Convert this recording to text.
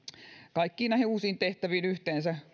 kaikkiin näihin uusiin tehtäviin yhteensä